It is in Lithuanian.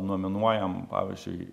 nominuojam pavyzdžiui